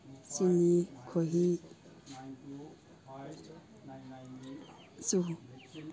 ꯆꯤꯅꯤ ꯈꯣꯏꯍꯤ ꯆꯨ